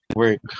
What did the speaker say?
work